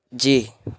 جی